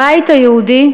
הבית היהודי,